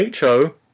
HO